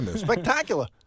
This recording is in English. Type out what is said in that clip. Spectacular